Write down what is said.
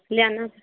ਲਿਆਉਣਾ